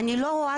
אני רוצה